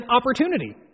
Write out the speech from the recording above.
opportunity